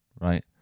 right